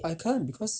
I can't because